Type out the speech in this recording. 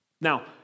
Now